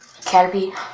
Caterpie